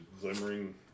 glimmering